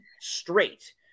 straight